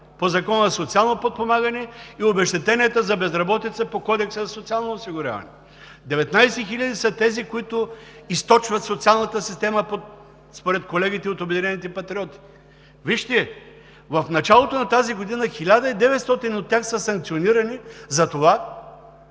по Закона за социално подпомагане и обезщетенията за безработица по Кодекса за социално осигуряване! 19 хиляди са тези, които източват социалната система, според колегите от „Обединените патриоти“. Вижте, в началото на тази година 1900 от тях са санкционирани за това,